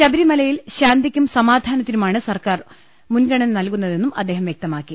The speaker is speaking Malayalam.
ശബരിമലയിൽ ശാന്തിക്കും സമാധാനത്തിനുമാണ് സർക്കാർ മുൻഗണന നൽകുന്ന തെന്നും അദ്ദേഹം വ്യക്തമാക്കി